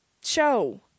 show